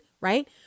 Right